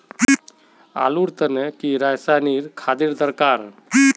आलूर तने की रासायनिक रासायनिक की दरकार?